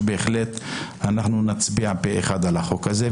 שבהחלט נצביע פה אחד על החוק הזה,